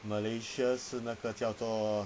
malaysia 是那个叫做